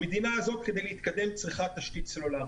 המדינה הזאת, כדי להתקדם, צריכה תשתית סלולרית.